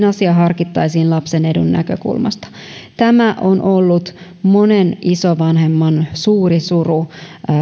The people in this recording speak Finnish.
asia harkittaisiin lapsen edun näkökulmasta on ollut monen isovanhemman suuri suru